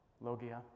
logia